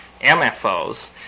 MFOs